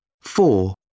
four